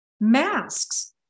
masks